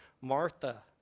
Martha